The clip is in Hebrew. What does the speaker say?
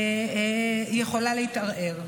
שיכולה להתערער.